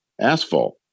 asphalt